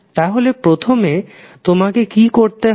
তাহলে প্রথমে তোমাকে কি করতে হবে